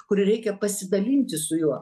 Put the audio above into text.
kur ir reikia pasidalinti su juo